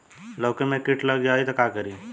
लौकी मे किट लग जाए तो का करी?